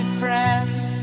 friends